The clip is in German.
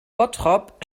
bottrop